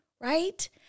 Right